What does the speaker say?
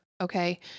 Okay